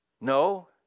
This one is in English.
No